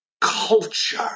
culture